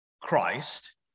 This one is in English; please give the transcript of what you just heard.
Christ